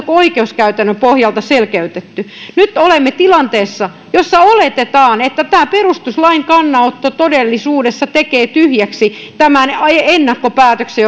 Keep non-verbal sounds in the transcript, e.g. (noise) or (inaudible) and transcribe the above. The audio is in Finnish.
(unintelligible) kuin oikeuskäytännön pohjalta selkeytetty nyt olemme tilanteessa jossa oletetaan että tämä perustuslain kannanotto todellisuudessa tekee tyhjäksi tämän ennakkopäätöksen (unintelligible)